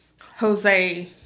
Jose